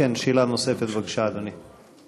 בבקשה, אדוני.